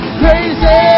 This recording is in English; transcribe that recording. crazy